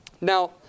Now